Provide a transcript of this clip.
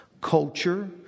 culture